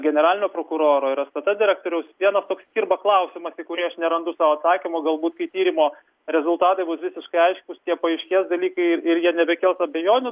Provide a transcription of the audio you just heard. generalinio prokuroro ir stt direktoriaus vienas toks kirba klausimas į kurį aš nerandu sau atsakymo galbūt kai tyrimo rezultatai bus visiškai aiškūs tie paaiškės dalykai ir ir jie nebekels abejonių